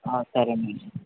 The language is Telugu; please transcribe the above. సరే అండి